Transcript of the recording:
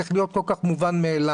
זה צריך להיות כל כך מובן מאליו.